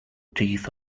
teeth